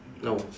no